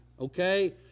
Okay